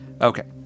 okay